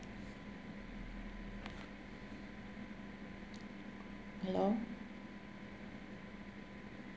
hello